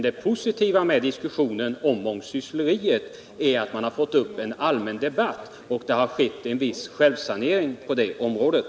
Det positiva med diskussionen om mångsyssleri är att man har fått i gång en allmän debatt och att det har skett en viss självsanering på området.